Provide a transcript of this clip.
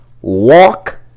walk